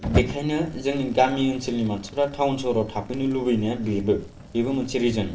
बेखायनो जोंनि गामि आन्चोलनि मासनिफ्रा टाउन शहराव थाफैनो लुबैनाया बेबो बेबो मोनसे रिजन